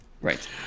Right